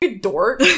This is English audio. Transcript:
dork